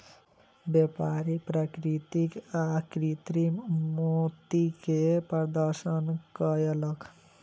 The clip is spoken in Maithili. व्यापारी प्राकृतिक आ कृतिम मोती के प्रदर्शन कयलक